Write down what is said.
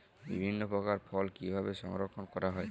বিভিন্ন প্রকার ফল কিভাবে সংরক্ষণ করা হয়?